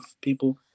people